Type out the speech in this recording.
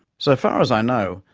so far as i know,